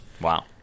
Wow